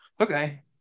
Okay